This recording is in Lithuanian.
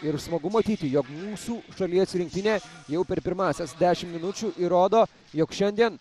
ir smagu matyti jog mūsų šalies rinktinė jau per pirmąsias dešimt minučių įrodo jog šiandien